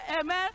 Amen